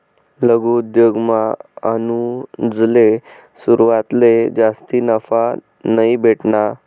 लघु उद्योगमा अनुजले सुरवातले जास्ती नफा नयी भेटना